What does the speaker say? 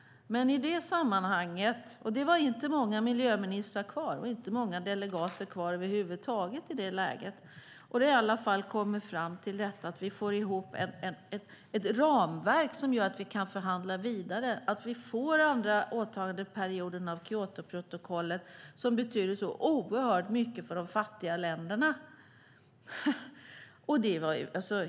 Det var inte många miljöministrar och över huvud taget inte många delegater kvar i det läget. I alla fall får vi ihop ett ramverk som gör att vi kan förhandla vidare. Vi får den andra åtagandeperioden för Kyotoprotokollet, som betyder så oerhört mycket för de fattiga länderna.